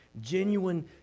genuine